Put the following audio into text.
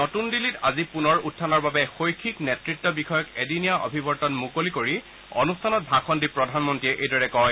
নতুন দিল্লীত আজি পুনৰ উখানৰ বাবে শৈক্ষিক নেতৃত্ব বিষয়ক এদিনীয়া অভিৱৰ্তন মুকলি কৰি এটা অনুষ্ঠানত ভাষণ দি প্ৰধানমন্ত্ৰীয়ে এইদৰে কয়